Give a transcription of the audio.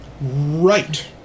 Right